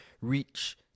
reach